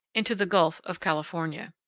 into the gulf of california.